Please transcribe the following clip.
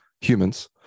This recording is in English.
humans